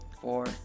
four